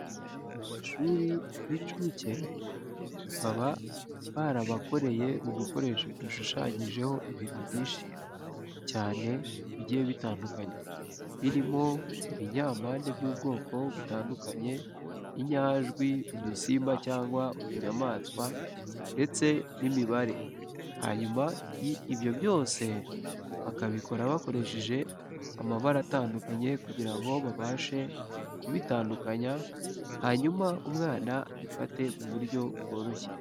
Mu mashuri y'incuke baba barabakoreye udukoresho dushushanyijeho ibintu byinshi cyane bigiye bitandukanye, birimo ibinyampande by'ubwoko butandandukanye, inyajwi, udusimba cyangwa utunyamaswa ndetse n'imibare, hanyuma ibyo byose bakabikora bakoresheje amabara atandukanye kugira ngo babashe kubitandakanya, hanyuma umwana abifate mu buryo bworoshye.